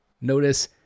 Notice